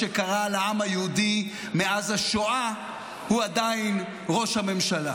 שקרה לעם היהודי מאז השואה הוא עדיין ראש הממשלה?